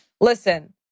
listen